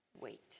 wait